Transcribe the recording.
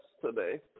today